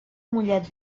mollet